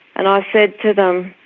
and i said to them,